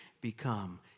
become